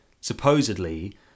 Supposedly